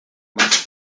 más